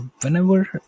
whenever